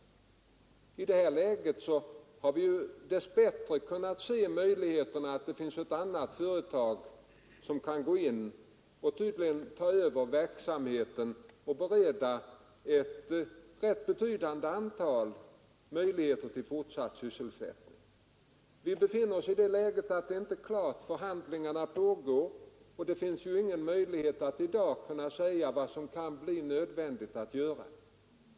I det läget har vi dess bättre sett att det finns ett annat företag som kan gå in och ta över verksamheten och bereda ett rätt betydande antal människor fortsatt sysselsättning. Läget är inte klart, eftersom förhandlingar pågår, så det finns ingen möjlighet i dag att säga vad som kan bli nödvändigt att göra.